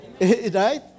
Right